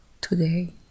today